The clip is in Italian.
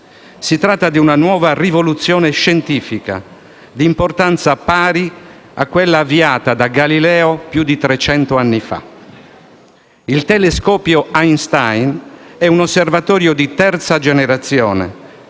Si tratta di una nuova rivoluzione scientifica, di importanza pari a quella avviata da Galileo più di trecento anni fa. Il telescopio Einstein è un osservatorio di terza generazione,